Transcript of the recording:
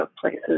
places